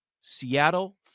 Seattle